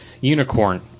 Unicorn